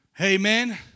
Amen